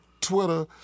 Twitter